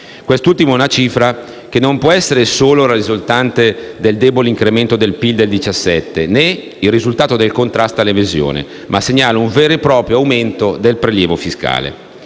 Quest'ultima è una cifra che non può essere solo la risultante del debole incremento del PIL del 2017, né il risultato del contrasto all'evasione, ma segnala un vero e proprio aumento del prelievo fiscale.